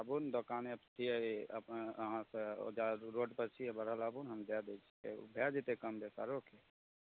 आबू ने दोकाने पे छियै अपने अहाँके रोड पर छियै बढ़ल आबू ने हम दै दै छी भए जेतै कम रेट आरो की